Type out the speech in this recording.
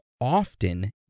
often